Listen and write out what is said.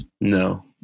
No